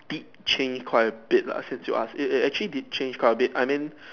did change quite a bit lah since you asked it it actually did change quite a bit I mean